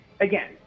again